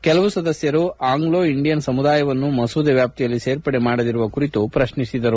ಕೆಲವು ಸದಸ್ಕರು Anglo Indian ಸಮುದಾಯವನ್ನು ಮಸೂದೆ ವ್ಯಾಪ್ತಿಯಲ್ಲಿ ಸೇರ್ಪಡೆ ಮಾಡದಿರುವ ಕುರಿತು ಪ್ರಶ್ನಿಸಿದರು